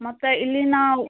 ಮತ್ತು ಇಲ್ಲಿ ನಾವು